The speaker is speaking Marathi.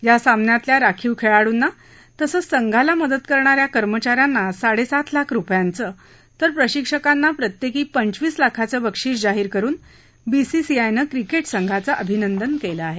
या सामन्यांतल्या राखीव खेळाडूंना तसंच संघाला मदत करणा या कर्मचा यांना साडे सात लाख रुपयांचं तर प्रशिक्षकांना प्रत्येकी पंचवीस लाखांचं बक्षीस जाहीर करुन बीसीसीआयनं क्रिकेट संघाचं अभिनंदन केलं आहे